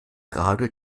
gerade